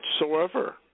whatsoever